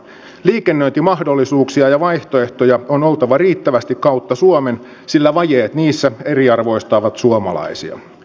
liikennöintimahdollisuuksia ja vaihtoehtoja on oltava riittävästi kautta suomen sillä vajeet niissä eriarvoistavat suomalaisia